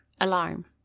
Alarm